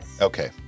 Okay